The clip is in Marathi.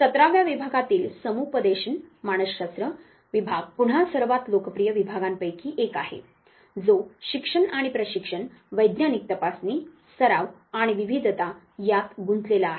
सतराव्या विभागातील समुपदेशन मानसशास्त्र विभाग पुन्हा सर्वात लोकप्रिय विभागांपैकी एक आहे जो शिक्षण आणि प्रशिक्षण वैज्ञानिक तपासणी सराव आणि विविधता यात गुंतलेला आहे